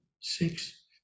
six